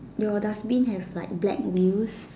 your dustbin have like black wheels